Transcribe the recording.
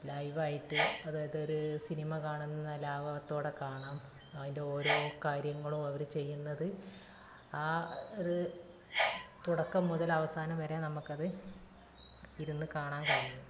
ലൈവായിട്ട് അതായത് ഒരു സിനിമ കാണുന്ന ലാഘവത്തോടെ കാണാം ഐൻ്റെ ഓരോ കാര്യങ്ങൾ അവർ ചെയ്യുന്നത് ആ ഒര് തുടക്കം മുതൽ അവസാനം വരെ നമ്മൾക്ക് ഇത് ഇരുന്ന് കാണാൻ കഴിയും